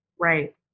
Right